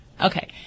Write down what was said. Okay